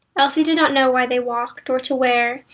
elsie did not know why they walked, or to where,